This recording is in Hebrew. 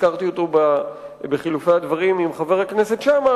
שהזכרתי אותו בחילופי הדברים עם חבר הכנסת שאמה,